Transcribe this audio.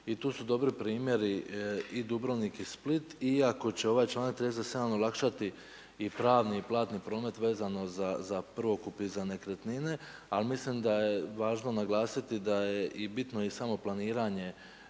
i tu su dobri primjeri i Dubrovnik i Split iako će ovaj članak 37. olakšati i pravni i platni promet vezano za prvokup i za nekretnine ali mislim da je važno naglasiti da je bitno i samo planiranje